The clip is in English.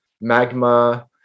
Magma